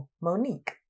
Monique